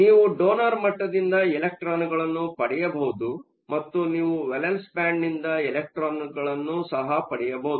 ಆದ್ದರಿಂದ ನೀವು ಡೊನರ್ ಮಟ್ಟದಿಂದ ಎಲೆಕ್ಟ್ರಾನ್ಗಳನ್ನು ಪಡೆಯಬಹುದು ಮತ್ತು ನೀವು ವೇಲೆನ್ಸ್ ಬ್ಯಾಂಡ್ ನಿಂದ ಎಲೆಕ್ಟ್ರಾನ್ಗಳನ್ನು ಸಹ ಪಡೆಯಬಹುದು